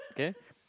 okay